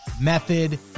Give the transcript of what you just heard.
method